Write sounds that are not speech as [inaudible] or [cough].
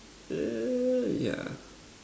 [noise] yeah